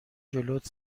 جلوت